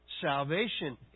salvation